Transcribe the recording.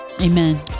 Amen